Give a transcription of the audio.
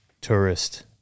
tourist